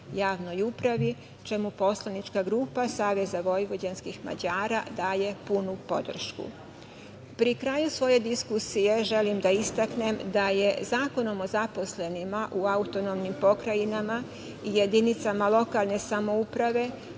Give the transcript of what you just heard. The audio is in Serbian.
javnoj upravi, čemu poslanička grupa SVM daje punu podršku. Pri kraju svoje diskusije želim da istaknem da je Zakonom o zaposlenima u autonomnim pokrajinama i jedinicama lokalne samouprave